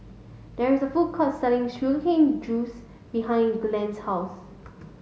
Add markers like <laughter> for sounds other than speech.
there is a food court selling <unintelligible> cane juice behind Glynn's house